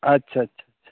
ᱟᱪᱪᱷᱟ ᱪᱷᱟ ᱪᱷᱟ